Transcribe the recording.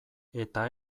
eta